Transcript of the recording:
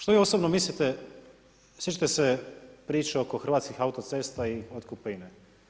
Što vi osobno mislite sjećate se priče oko hrvatskih autocesta i otkupnine.